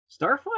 Starfire